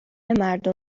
مردم